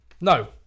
no